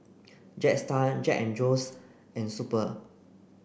Jetstar Jack and Jones and Super